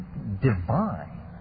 divine